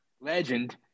legend